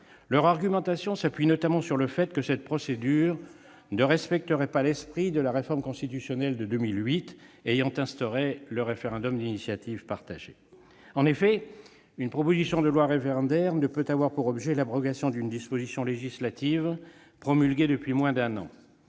Leur argumentation s'appuie notamment sur le fait que cette procédure ne respecterait pas l'esprit de réforme constitutionnelle de 2008 ayant instauré le référendum d'initiative partagée. En effet, une proposition de loi référendaire ne peut avoir pour objet l'abrogation d'une disposition législative promulguée depuis moins d'un an.